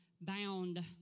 bound